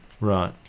Right